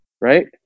Right